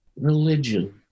religion